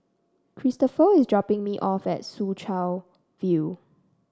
Christopher is dropping me off at Soo Chow View